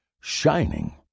shining